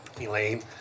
Elaine